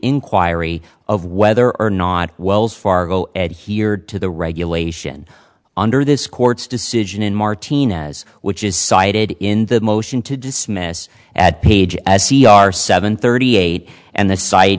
inquiry of whether or not wells fargo adhered to the regulation under this court's decision in martinez which is cited in the motion to dismiss at page as c r seven thirty eight and the site